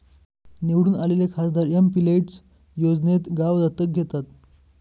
निवडून आलेले खासदार एमपिलेड्स योजनेत गाव दत्तक घेतात